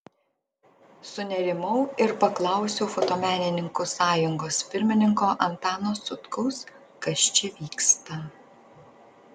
sunerimau ir paklausiau fotomenininkų sąjungos pirmininko antano sutkaus kas čia vyksta